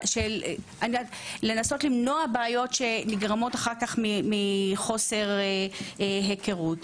למנוע בעיות שנגרמות אחר כך מחוסר היכרות.